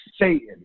Satan